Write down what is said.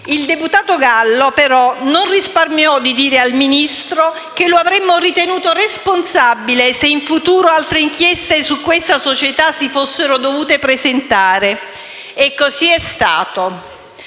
Il deputato Gallo, però, non risparmiò di dire al Ministro che lo avremmo ritenuto responsabile se in futuro altre inchieste su questa società si fossero dovute presentare. E così è stato.